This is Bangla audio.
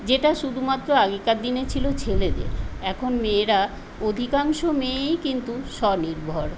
যেটা শুধুমাত্র আগেরকার দিনে ছিল ছেলেদের এখন মেয়েরা অধিকাংশ মেয়েই কিন্তু স্বনির্ভর